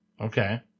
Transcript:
Okay